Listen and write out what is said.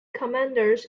commanders